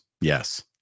yes